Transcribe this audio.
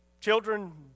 children